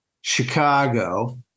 Chicago